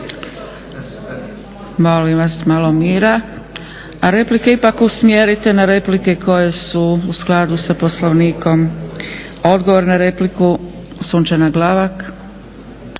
Molim vas malo mira, a replike ipak usmjerite na replike koje su u skladu sa Poslovnikom. Odgovor na repliku, Sunčana Glavak.